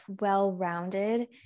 well-rounded